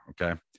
Okay